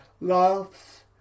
laughs